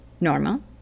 normal